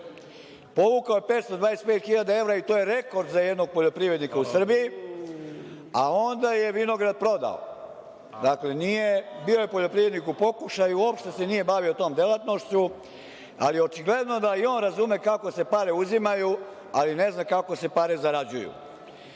Povukao 525 hiljada evra i to je rekord za jednog poljoprivrednika u Srbiji, a onda je vinograd prodao. Dakle, bio je poljoprivrednik u pokušaju, uopšte se nije bavio tom delatnošću, ali očigledno da i on razume kako se pare uzimaju, ali ne zna kako se pare zarađuju.